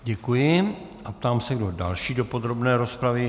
Děkuji a ptám se, kdo další do podrobné rozpravy.